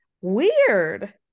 weird